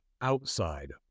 outside